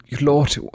lord